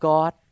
God